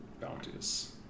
bounties